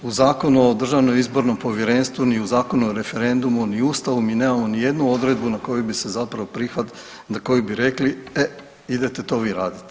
U Zakonu o Državnom izbornom povjerenstvu ni u Zakonu o referendumu ni u Ustavu mi nemamo ni jednu odredbu na koju bi se zapravo prihvat, koju bi rekli e idete to vi raditi.